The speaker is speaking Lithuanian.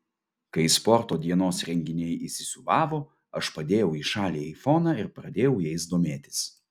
kai sporto dienos renginiai įsisiūbavo aš padėjau į šalį aifoną ir pradėjau jais domėtis